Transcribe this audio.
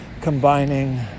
combining